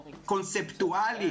קונספטואלית,